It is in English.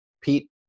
Pete